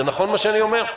זה נכון מה שאני אומר?